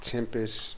Tempest